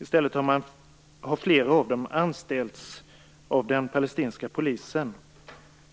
I stället har flera terrorister anställts av den palestinska polisen.